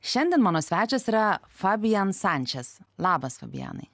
šiandien mano svečias yra fabian sančes labas fabianai